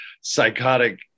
psychotic